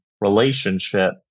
relationship